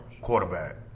Quarterback